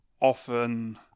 often